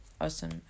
awesome